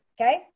Okay